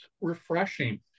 refreshing